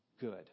good